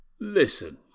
Listen